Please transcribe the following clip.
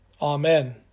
Amen